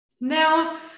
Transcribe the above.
Now